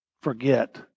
forget